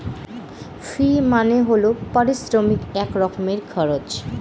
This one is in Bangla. ফি মানে হল পারিশ্রমিক এক রকমের খরচ